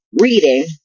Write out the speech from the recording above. reading